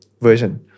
version